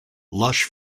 lush